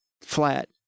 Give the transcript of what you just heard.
flat